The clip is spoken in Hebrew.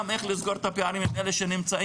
איך לסגור את הפערים עם אלה שנמצאים,